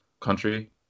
country